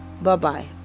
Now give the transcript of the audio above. Bye-bye